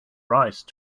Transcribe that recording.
rise